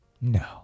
no